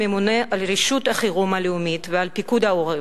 הממונה על רשות החירום הלאומית ועל פיקוד העורף,